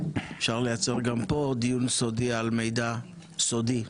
אפשר לייצר גם פה דיון סודי על מידע סודי.